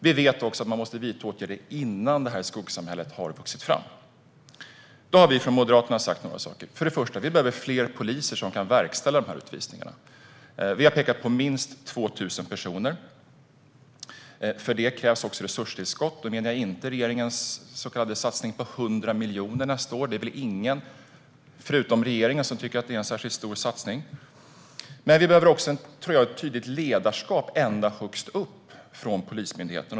Vi vet också att man måste vidta åtgärder innan detta skuggsamhälle har vuxit fram. Då har vi från Moderaterna sagt några saker. Vi behöver först och främst fler poliser som kan verkställa dessa utvisningar. Vi har pekat på minst 2 000 personer. För detta krävs också resurstillskott. Då menar jag inte regeringens så kallade satsning på 100 miljoner nästa år. Det är nog ingen förutom regeringen som tycker att det är en särskilt stor satsning. Jag tror att vi också behöver ett tydligt ledarskap högst upp i Polismyndigheten.